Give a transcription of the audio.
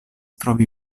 trovi